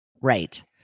Right